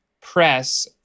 press